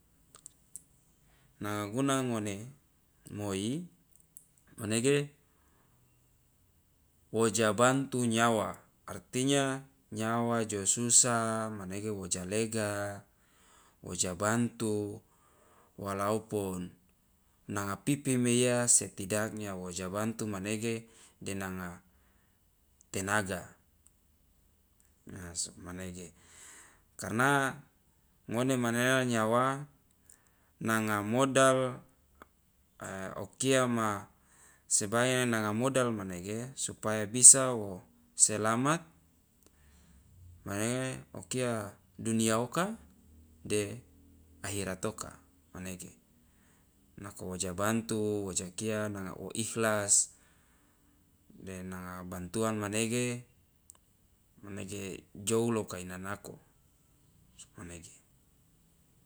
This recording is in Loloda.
Nanga guna ngone moi manege wo ja bantu nyawa artinya nyawa jo susah manege wo ja lega, wo ja bantu, walaupun nanga pipi meiya setidaknya wo ja bantu manege de nanga tenaga, ha sugmanege karena ngone manena nyawa nanga modal o kia ma sebaya nanga modal manege supaya bisa wo selamat manege o kia dunia oka de akhirat oka manege, nako wo ja bantu wo ja kia nanga wo ikhlas de nanga bantuan manege manege jou loka ina nako, sugmanege.